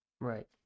Right